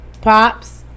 Pops